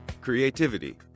Creativity